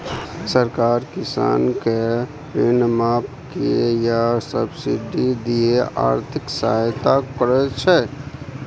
सरकार किसान केँ ऋण माफ कए या सब्सिडी दए आर्थिक सहायता करै छै